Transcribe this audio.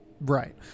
right